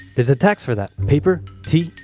there's a tax for that. paper? tea?